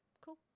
Cool